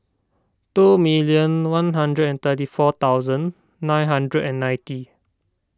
two minute one hundred and thirty four thousand nine hundred and ninety